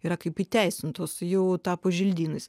yra kaip įteisintos jau tapo želdynais